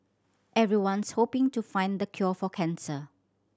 everyone's hoping to find the cure for cancer